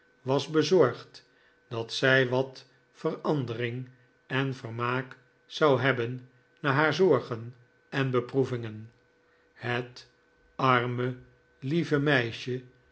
was bezorgd dat zij wat verandering en vermaak zou hebben na haar zorgen en beproevingen het arme lieve meisje